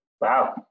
Wow